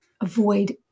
avoid